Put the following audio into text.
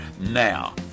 now